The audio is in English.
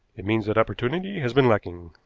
it means that opportunity has been lacking.